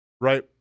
right